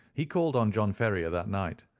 he called on john ferrier that night,